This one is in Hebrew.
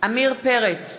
עמיר פרץ,